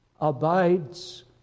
abides